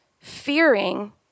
fearing